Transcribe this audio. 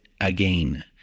again